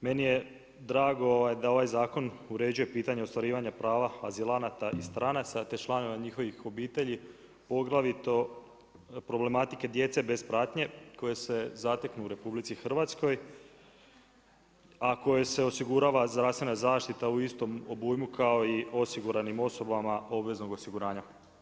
Meni je drago da ovaj zakon uređuje pitanje ostvarivanja prava azilanata i stranaca, te članove njihove obitelji poglavito problematike djece bez pratnje koje se zateknu u Republici Hrvatskoj, a koje se osigurava zdravstvena zaštita u istom obujmu kao i osiguranim osobama obveznog osiguranja.